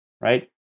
Right